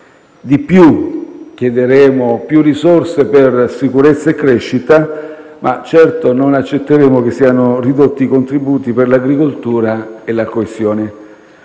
in più chiederemo maggiori risorse per sicurezza e crescita, ma certo non accetteremo che siano ridotti i contributi per l'agricoltura e la coesione.